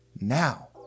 now